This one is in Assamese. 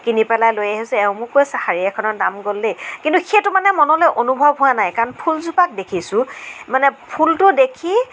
কিনি পেলাই লৈ আহিছোঁ এওঁ মোক কৈছে শাড়ী এখনৰ দাম গ'ল দেই কিন্তু সেইটো মানে মনলৈ অনুভৱ হোৱা নাই কাৰণ ফুলজোপাক দেখিছোঁ মানে ফুলটো দেখি